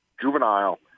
Juvenile